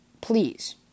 Please